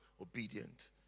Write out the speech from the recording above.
obedient